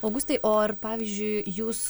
augustai o ar pavyzdžiui jūs